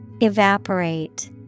Evaporate